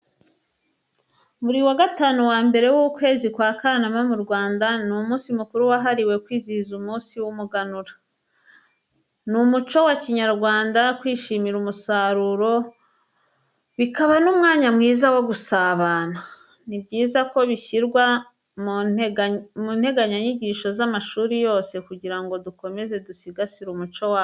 Buri wa gatanu wa mbere w'ukwezi kwa Kanama mu Rwanda, ni umunsi mukuru wahariwe kwizihiza umunsi w'umuganura. Ni umuco wa kinyarwanda kwishimira umusaruro, bikaba n'umwanya mwiza wo gusabana. Ni byiza ko bishyirwa mu nteganyanyigisho z'amashuri yose kugira ngo dukomeze dusigasire umuco wacu.